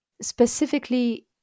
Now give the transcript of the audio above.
specifically